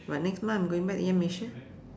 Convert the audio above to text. but next month I'm going back again Malaysia